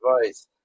advice